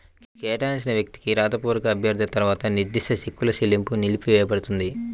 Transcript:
కేటాయించిన వ్యక్తికి రాతపూర్వక అభ్యర్థన తర్వాత నిర్దిష్ట చెక్కుల చెల్లింపు నిలిపివేయపడుతుంది